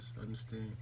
understand